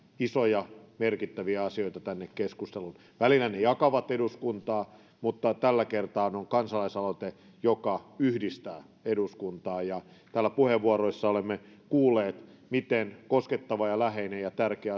isoja merkittäviä asioita tänne keskusteluun välillä ne jakavat eduskuntaa mutta tällä kertaa on on kansalaisaloite joka yhdistää eduskuntaa täällä puheenvuoroissa olemme kuulleet miten koskettava ja läheinen ja tärkeä